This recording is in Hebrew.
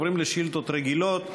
אנחנו עוברים לשאילתות רגילות.